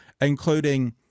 including